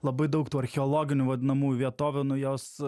labai daug tų archeologinių vadinamųjų vietovių nu jos